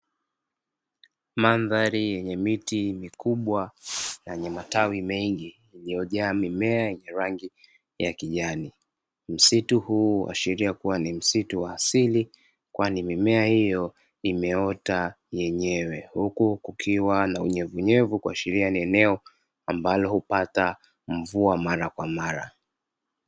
Mandhari yenye miti mikubwa na yenye matawi mengi, iliyojaa mimea yenye rangi ya kijani. Msitu huu huashiria kuwa ni msitu wa asili kwani mimea hiyo imeota yenyewe, huku kukiwa na unyevunyevu kuashiria ni eneo ambalo hupata mvua mara kwa mara.